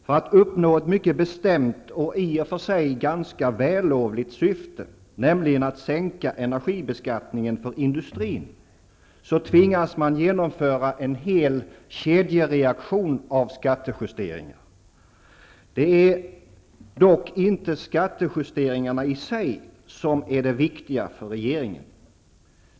För att uppnå ett mycket bestämt och i och för sig ganska vällovligt syfte, nämligen att sänka energibeskattningen för industrin, tvingas man genomföra en hel kedjereaktion av skattejusteringar. Det är dock inte skattejusteringarna i sig som är det viktiga för regeringen.